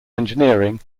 engineering